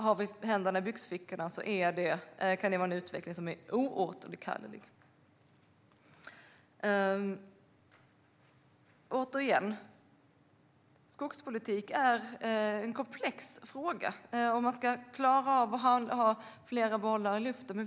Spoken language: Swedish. Har vi händerna i byxfickorna kan utvecklingen bli oåterkallelig. Återigen: Skogspolitik är en komplex fråga, och man ska klara av att ha flera bollar i luften.